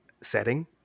setting